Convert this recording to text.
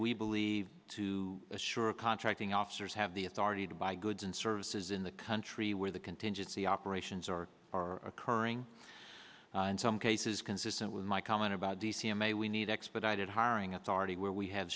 we believe to assure contracting officers have the authority to buy goods and services in the country where the contingency operations are are occurring in some cases consistent with my comment about the c m a we need expedited hiring authority where we have